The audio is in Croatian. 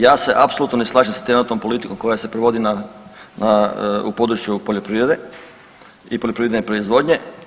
Ja se apsolutno ne slažem sa trenutnom politikom koja se provodi na, u području poljoprivrede i poljoprivredne proizvodnje.